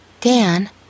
Dan